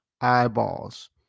eyeballs